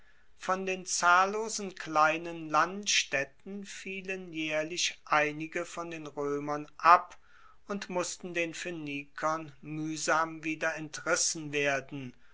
von den zahllosen kleinen landstaedten fielen jaehrlich einige von den roemern ab und mussten den phoenikern muehsam wieder entrissen werden